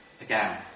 again